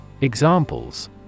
Examples